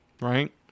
right